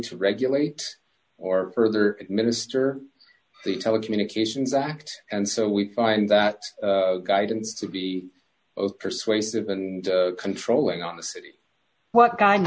to regulate or further administer the telecommunications act and so we find that guidance to be persuasive and controlling on the city what kind